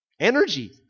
energy